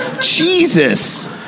Jesus